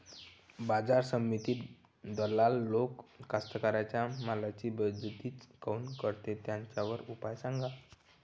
बाजार समितीत दलाल लोक कास्ताकाराच्या मालाची बेइज्जती काऊन करते? त्याच्यावर उपाव सांगा